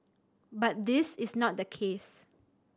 but this is not the case